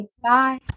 Bye